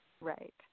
Right